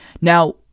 now